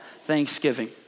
Thanksgiving